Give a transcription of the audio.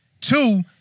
Two